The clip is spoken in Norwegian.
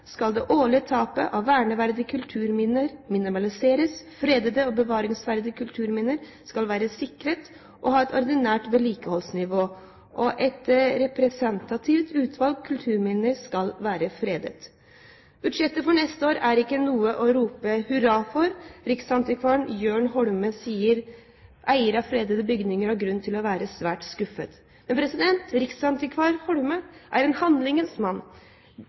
skal det årlige tapet av verneverdige kulturminner minimaliseres, fredede og bevaringsverdige kulturminner skal være sikret og ha et ordinært vedlikeholdsnivå, og et representativt utvalg av kulturminner skal være fredet». Kulturbudsjettet for neste år er ikke noe å rope hurra for. Riksantikvaren, Jørn Holme, sier at «eiere av fredede bygninger har grunn til å være svært skuffet». Men riksantikvar Holme er en handlingens mann.